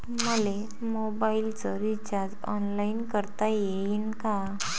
मले मोबाईलच recharge online करता येईन का?